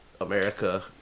America